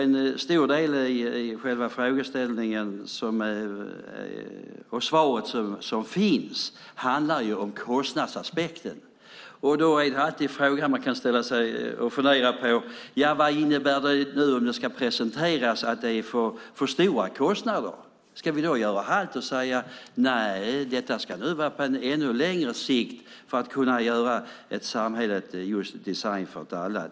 En stor del av interpellationssvaret handlar om kostnadsaspekten. Då kan man alltid fundera på vad det innebär om det blir stora kostnader, om vi då ska göra halt och säga: Nej, att göra samhället designat för alla får ske på ännu längre sikt.